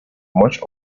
much